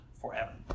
forever